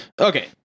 okay